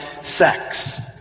sex